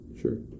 Sure